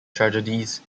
tragedies